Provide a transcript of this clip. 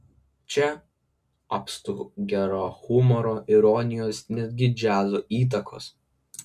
čia apstu gero humoro ironijos netgi džiazo įtakos